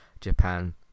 Japan